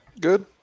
Good